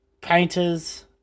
painters